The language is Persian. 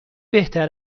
بهتر